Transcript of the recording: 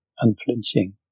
Unflinching